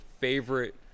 favorite